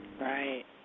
Right